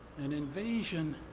an invasion,